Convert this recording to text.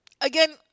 again